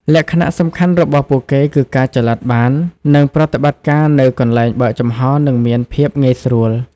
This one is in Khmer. លក្ខណៈសំខាន់របស់ពួកគេគឺការចល័តបាន និងប្រតិបត្តិការនៅកន្លែងបើកចំហនឹងមានភាពងាយស្រួល ។